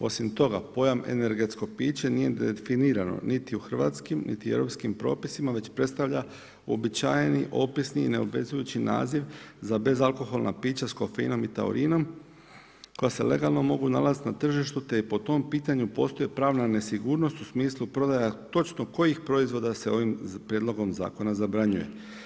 Osim toga, pojam energetsko piće nije definirano niti u hrvatskim niti u europskim propisima već predstavlja uobičajeni opisni i neobvezujući naziv za bezalkoholna pića s kofeinom i taorinom koja se legalno mogu nalaziti na tržištu, te i po tom pitanju postoji pravna nesigurnost u smislu prodaje točno kojih proizvoda sa ovim prijedlogom Zakona zabranjuje.